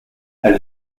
elle